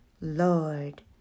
Lord